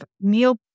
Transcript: meal